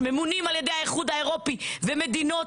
שממונים על-ידי האיחוד האירופי וממשלות